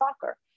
soccer